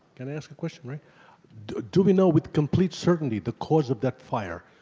can i ask a question? do we know with complete certainty the cause of that fire?